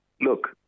Look